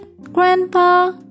Grandpa